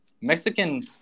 Mexican